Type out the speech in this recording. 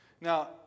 Now